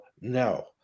no